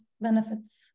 benefits